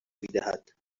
میدهد